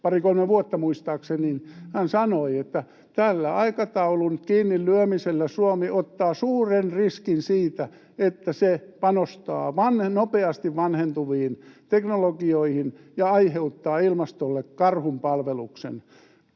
pari kolme vuotta, muistaakseni — että tällä aikataulun kiinni lyömisellä Suomi ottaa suuren riskin siitä, että se panostaa nopeasti vanhentuviin teknologioihin ja aiheuttaa ilmastolle karhunpalveluksen.